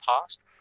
past